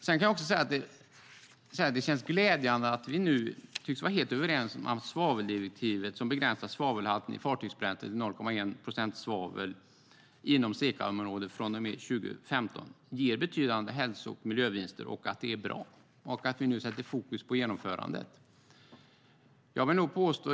Sedan kan jag också säga att det känns glädjande att vi nu tycks vara helt överens om att svaveldirektivet, som begränsar svavelhalten i fartygsbränslen till 0,1 viktprocent svavel inom SECA-området från och med 2015, ger betydande hälso och miljövinster och att det är bra samt att vi nu sätter fokus på genomförandet.